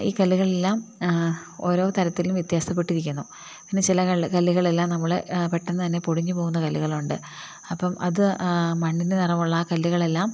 ഈ കല്ലുകളെല്ലാം ഓരോ തരത്തിലും വ്യത്യാസപ്പെട്ടിരിക്കുന്നു പിന്നെ ചില കല്ലുകളെല്ലാം നമ്മൾ പെട്ടെന്നു തന്നെ പൊടിഞ്ഞു പോകുന്ന കല്ലുകൾ ഉണ്ട് അപ്പം അത് മണ്ണിൽ നിന്ന് നിറമുള്ള ആ കല്ലുകളെല്ലാം